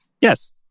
yes